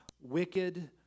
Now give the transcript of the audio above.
wicked